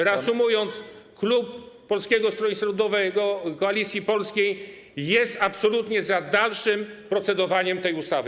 Reasumując, klub Polskiego Stronnictwa Ludowego - Koalicji Polskiej jest absolutnie za dalszym procedowaniem tej ustawy.